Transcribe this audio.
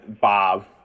Bob